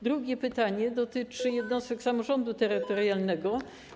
Drugie pytanie dotyczy jednostek samorządu terytorialnego.